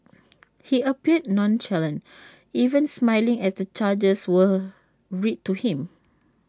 he appeared nonchalant even smiling as the charges were read to him